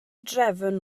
drefn